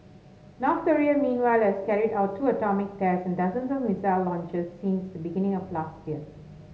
North Korea meanwhile has carried out two atomic tests and dozens of missile launches since the beginning of last year